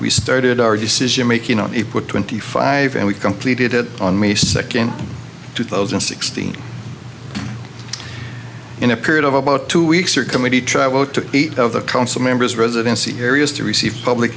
we started our decision making on the put twenty five and we completed it on may second two thousand and sixteen in a period of about two weeks your committee traveled to eight of the council members residency areas to receive public